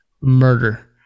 murder